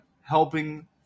helping